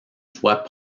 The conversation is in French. fois